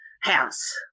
house